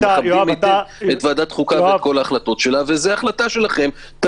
זו החלטה שלכם, ועדת חוקה.